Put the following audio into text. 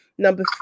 number